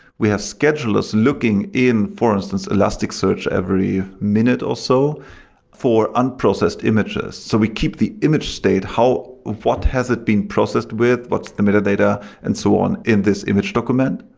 we have schedulers looking in, for instance, elastic search every minute also for unprocessed images. so we keep the image state, what has it been processed with, what's the metadata and so on in this image document.